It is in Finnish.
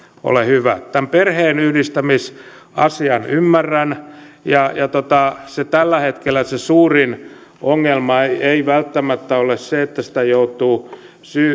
ole hyvä tämän perheenyhdistämisasian ymmärrän ja tällä hetkellä se suurin ongelma ei ei välttämättä ole se että sitä joutuu